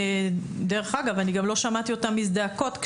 דרך אגב, אני גם לא שמעתי אותן מזדעקות.